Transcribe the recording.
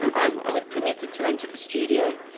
i was permitted to enter the studio.